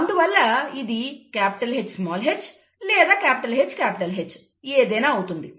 అందువల్ల ఇది Hh లేదా HH ఏదైనా అవుతుంది